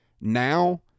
Now